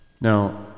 Now